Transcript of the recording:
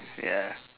ya